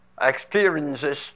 experiences